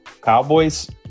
Cowboys